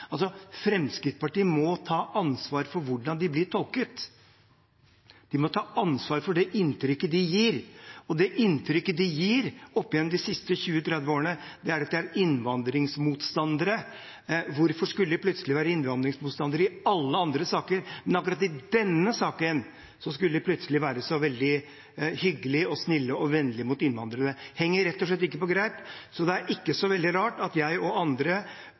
Fremskrittspartiet må ta ansvar for hvordan de blir tolket. De må ta ansvar for det inntrykket de gir. Og det inntrykket de gir – og har gitt opp gjennom de seneste 20–30 årene – er at de er innvandringsmotstandere. Hvorfor skulle de være innvandringsmotstandere i alle andre saker, men akkurat i denne saken plutselig være hyggelige, snille og vennlige mot innvandrere? Det henger rett og slett ikke på greip, så det er ikke så rart at jeg og andre